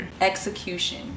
Execution